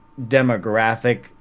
demographic